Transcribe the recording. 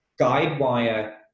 guidewire